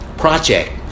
Project